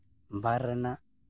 ᱵᱟᱨ ᱨᱮᱱᱟᱜ